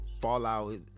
fallout